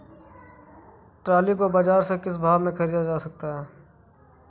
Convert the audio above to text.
Trolley को बाजार से किस भाव में ख़रीदा जा सकता है?